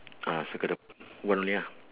ah circle the one only ah